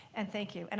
and thank you. and